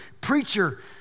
preacher